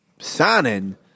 Signing